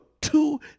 two